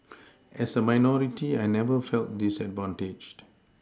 as a minority I never felt disadvantaged